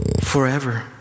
forever